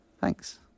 Thanks